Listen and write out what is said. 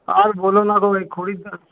আর বলো না গো এই খরিদ্দার